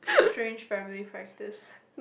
strange family practice